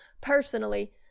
personally